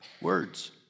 Words